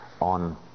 on